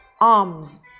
arms